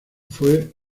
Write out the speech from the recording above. fue